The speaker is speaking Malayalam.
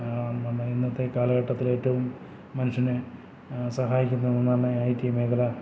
അ അന്ന് ഇന്നത്തെ കാലഘട്ടത്തിലേറ്റവും മനുഷ്യൻ സഹായിക്കുന്നയൊന്നാണ് ഐ റ്റി മേഖല